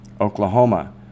oklahoma